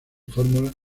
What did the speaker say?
fórmula